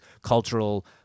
cultural